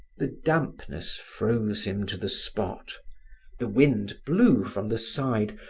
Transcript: the dampness froze him to the spot the wind blew from the side,